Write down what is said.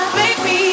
baby